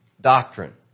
doctrine